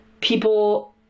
People